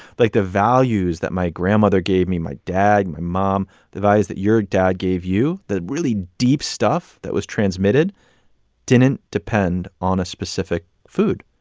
like, the values that my grandmother gave me, my dad, my mom, the values that your dad gave you that really deep stuff that was transmitted didn't depend on a specific food.